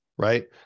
Right